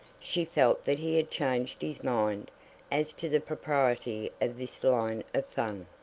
she felt that he had changed his mind as to the propriety of this line of fun.